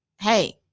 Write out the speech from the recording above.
hey